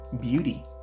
beauty